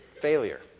Failure